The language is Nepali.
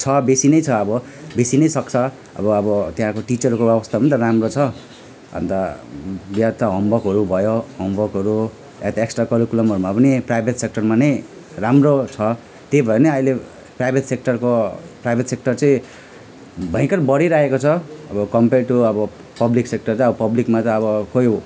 छ बेसी नै छ अब बेसी नै सक्छ अब अब त्यहाँको टिचरको अवस्थामा त राम्रो छ अन्त या होमवर्कहरू भयो होमवर्कहरू वा त एक्सट्रा करिकुलमहरूमा पनि प्राइभेट सेक्टरमा नै राम्रो छ त्यही भएर नै अहिले प्राइभेट सेक्टरको प्राइभेट सेक्टर चाहिँ भयङ्कर बढिरहेको छ अब कम्पेयर टु अब पब्लिक सेक्टर त अब पब्लिकमा त अब कोही